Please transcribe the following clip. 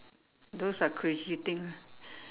those are crazy things